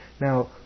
Now